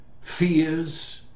fears